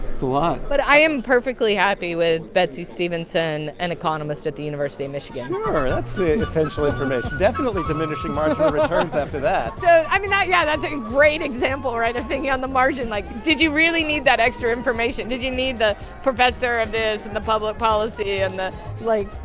so a lot but i am perfectly happy with betsey stevenson, an economist at the university of michigan sure, that's the essential information. definitely diminishing marginal returns after that so, i mean, yeah, that's a great example right? of thinking on the margin. like, did you really need that extra information? did you need the professor of and the public policy and the like,